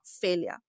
failure